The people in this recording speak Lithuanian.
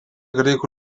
graikų